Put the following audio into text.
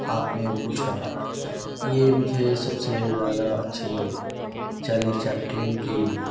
آپ نے پوچھا یہ مجھے سب سے زیادہ اچھے چارلی چیپلن کی